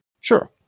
Sure